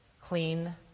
clean